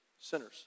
sinners